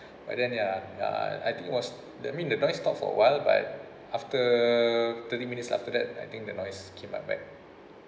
but then ya ya I think it was the mean the noise stop for a while but after thirty minutes after that I think the noise came up back